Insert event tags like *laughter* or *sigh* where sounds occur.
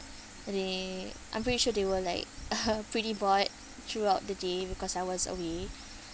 and they I'm pretty sure they were like *laughs* pretty bored throughout the day because I was away